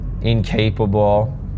incapable